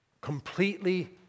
completely